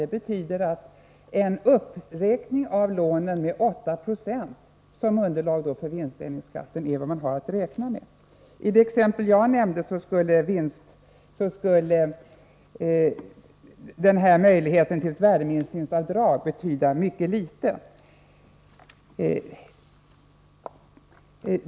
Det innebär att en uppräkning av lånen med 8976 som underlag för vinstdelningsskatten är vad man har att räkna med för år 1984. I det exempel som jag nämnde skulle möjligheten till ett värdeminskningsavdrag betyda mycket litet.